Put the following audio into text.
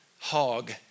Hog